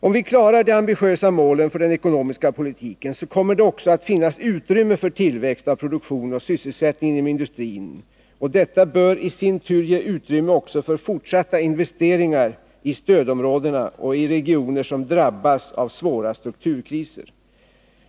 Om vi klarar de ambitiösa målen för den ekonomiska politiken så kommer det också att finnas utrymme för tillväxt av produktion och sysselsättning inom industrin, och detta bör i sin tur ge utrymme också för fortsatta investeringar i stödområdena och i regioner som drabbas av svåra strukturkriser.